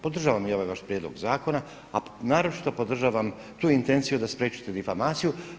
Podržavam i ovaj vaš prijedlog zakona, a naročito podržavam tu intenciju da spriječite difamaciju.